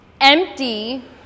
Empty